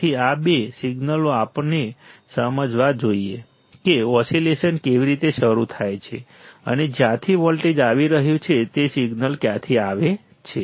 તેથી આ બે સિગ્નલો આપણે સમજવા જોઈએ કે ઓસિલેશન કેવી રીતે શરૂ થાય છે અને જ્યાંથી વોલ્ટેજ આવી રહ્યું છે તે સિગ્નલ ક્યાંથી આવે છે